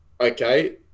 okay